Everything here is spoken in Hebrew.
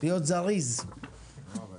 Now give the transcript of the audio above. שלום לכולם,